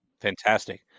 Fantastic